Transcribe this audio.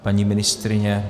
Paní ministryně?